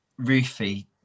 Rufy